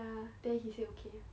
ya then he said okay